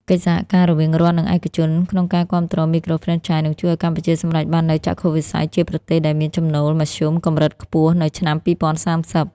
កិច្ចសហការរវាង "រដ្ឋ និងឯកជន" ក្នុងការគាំទ្រមីក្រូហ្វ្រេនឆាយ នឹងជួយឱ្យកម្ពុជាសម្រេចបាននូវចក្ខុវិស័យជាប្រទេសដែលមានចំណូលមធ្យមកម្រិតខ្ពស់នៅឆ្នាំ ២០៣០។